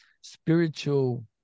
spiritual